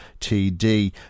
TD